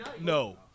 No